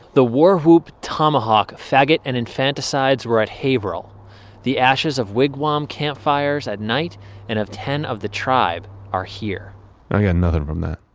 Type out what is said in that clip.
the war whoop tomahawk faggot and infanticides were at haverhill the ashes of wigwam-camp-fires at night and of ten of the tribe are here i got nothing from that.